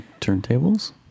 turntables